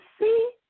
see